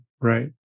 right